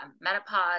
menopause